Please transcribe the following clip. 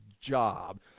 job